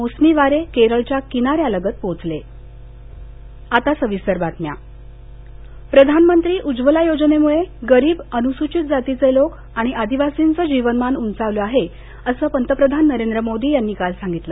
मोसमी वारे केरळच्या किनाऱ्यालागत पोचले पंतप्रधान उज्ज्वला प्रधानमंत्री उज्ज्वला योजनेमुळे गरीब अनुसूचित जातीचे लोक आणि आदिवासींचं जीवनमान उंचावलं आहे असं पंतप्रधान नरेंद्र मोदी यांनी काल सांगितलं